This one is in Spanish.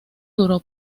duró